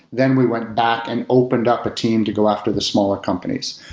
then we went back and opened up a team to go after the smaller companies.